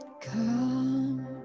Come